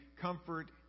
comfort